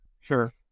sure